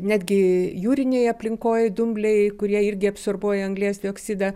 netgi jūrinėj aplinkoj dumbliai kurie irgi absorbuoja anglies dioksidą